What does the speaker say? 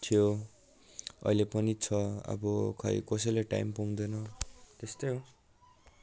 थियो अहिले पनि छ अब खोइ कसैले टाइम पाउँदैन त्यस्तै हो